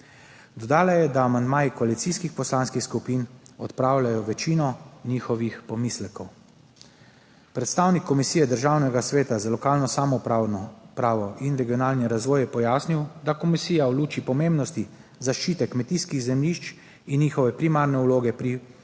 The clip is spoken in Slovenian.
Dodala je, da amandmaji koalicijskih poslanskih skupin odpravljajo večino njihovih pomislekov. Predstavnik Komisije Državnega sveta za lokalno samoupravo in regionalni razvoj je pojasnil, da komisija v luči pomembnosti zaščite kmetijskih zemljišč in njihove primarne vloge pri pridelavi